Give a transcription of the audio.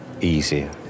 easier